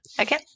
Okay